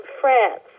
France